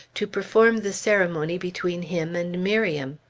to perform the ceremony between him and miriam.